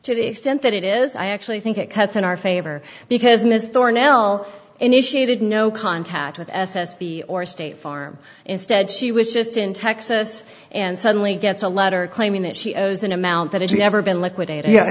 to the extent that it is i actually think it cuts in our favor because miss thorne ill initiated no contact with s s b or state farm instead she was just in texas and suddenly gets a letter claiming that she owes an amount that if she ever been liquidate